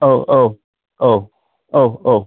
औ औ औ